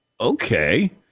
okay